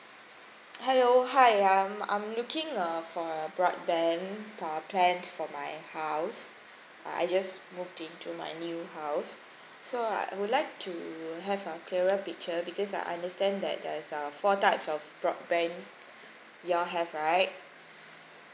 hello hi I'm I'm looking uh for a broadband plan for my house uh I just moved in to my new house so uh I would like to have a clearer picture because I understand that there's err four types of broadband you all have right